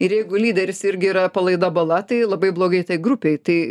ir jeigu lyderis irgi yra palaida bala tai labai blogai tai grupei tai